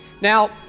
Now